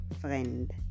friend